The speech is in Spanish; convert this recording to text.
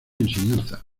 enseñanza